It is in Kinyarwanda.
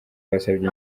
basabye